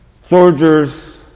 Soldiers